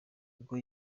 ubwo